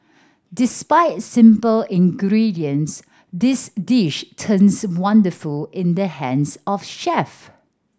despite simple ingredients this dish turns wonderful in the hands of chef